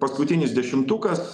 paskutinis dešimtukas